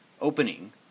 opening